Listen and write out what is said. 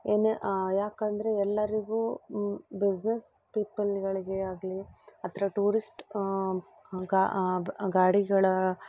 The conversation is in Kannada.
ಎನೆ ಯಾಕಂದರೆ ಎಲ್ಲರಿಗೂ ಬಿಸ್ನೆಸ್ ಪೀಪಲ್ಗಳಿಗೆ ಆಗಲಿ ಅತ್ರ ಟೂರಿಸ್ಟ್ ಗಾ ಗಾಡಿಗಳ